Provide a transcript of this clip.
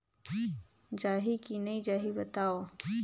जाही की नइ जाही बताव?